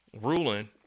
ruling